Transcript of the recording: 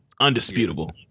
Undisputable